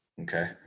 Okay